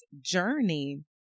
journey